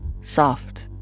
Soft